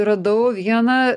radau vieną